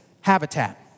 habitat